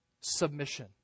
submission